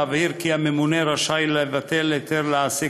להבהיר כי הממונה רשאי לבטל היתר להעסיק